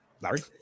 Larry